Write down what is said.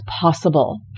possible